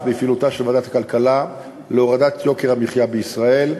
בפעילותה של ועדת הכלכלה להורדת יוקר המחיה בישראל.